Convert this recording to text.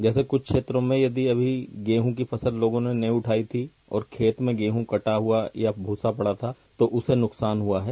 जैसे कुछ क्षेत्रों में अभी गेहूं की फसल लोगों ने नहीं उठाई थी खेत में गेहूं कटा हुआ था भूसा पड़ा था तो उसे नुकसान हुआ है